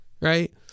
right